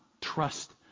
trust